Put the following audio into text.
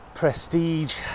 prestige